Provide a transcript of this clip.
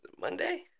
Monday